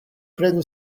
prenu